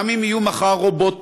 גם אם יהיו מחר רובוטים,